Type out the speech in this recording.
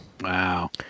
Wow